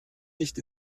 nicht